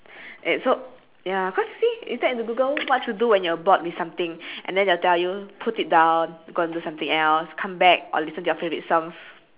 and so ya cause see you type into google what to do when you are bored with something and then they will tell you put it down go and do something else come back or listen to your favourite songs